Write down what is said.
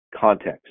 context